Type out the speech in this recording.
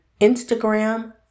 Instagram